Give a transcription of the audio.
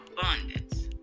abundance